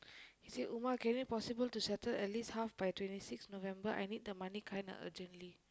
he say Uma can you possible to settle at least half by twenty six November I need the money kinda urgently